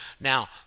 Now